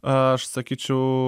aš sakyčiau